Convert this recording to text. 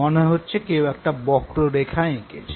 মনে হচ্ছে কেউ একটা বক্ররেখা এঁকেছে